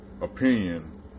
opinion